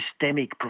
systemic